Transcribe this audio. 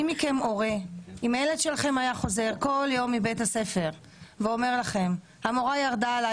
אם הילד שלכם היה חוזר כל יום מבית הספר ואומר לכם: המורה ירדה עליי,